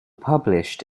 published